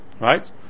right